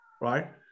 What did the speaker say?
right